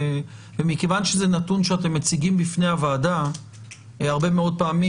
מכיוון שזה נתון שאתם מציגים בפני הוועדה הרבה מאוד פעמים,